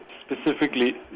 specifically